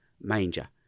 manger